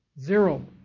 Zero